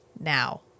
now